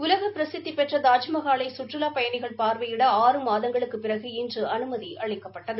உலக பிரசித்திடெற்ற தாஜ்மகாலை கற்றுலாப் பயணிகள் பார்வையிட ஆறு மாதங்களுக்குப் பிறகு இன்று அனுமதி அளிக்கப்பட்டது